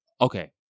okay